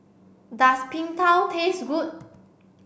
does Png Tao taste good